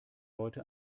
leute